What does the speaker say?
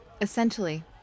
Essentially